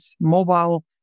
mobile